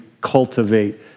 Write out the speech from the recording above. cultivate